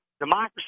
democracy